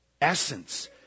essence